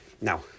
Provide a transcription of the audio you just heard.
Now